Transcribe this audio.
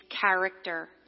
character